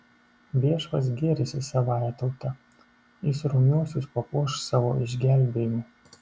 viešpats gėrisi savąja tauta jis romiuosius papuoš savo išgelbėjimu